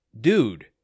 Dude